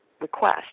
request